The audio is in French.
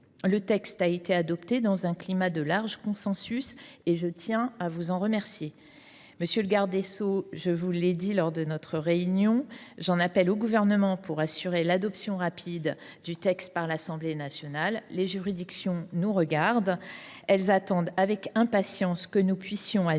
le texte a été adopté dans un climat de large consensus, et je tiens à vous en remercier. Monsieur le garde des sceaux, je vous l’ai dit lors de notre réunion : j’en appelle au Gouvernement pour assurer l’adoption rapide du texte par l’Assemblée nationale. Les juridictions nous regardent, elles attendent avec impatience que nous puissions agir